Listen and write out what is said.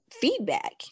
Feedback